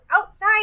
outside